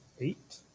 eight